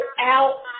out